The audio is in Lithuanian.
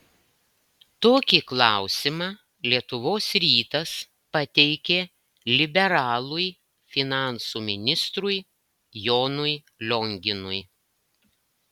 tokį klausimą lietuvos rytas pateikė liberalui finansų ministrui jonui lionginui